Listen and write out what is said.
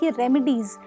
remedies